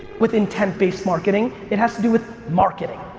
with intent-based marketing, it has to do with marketing.